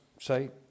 say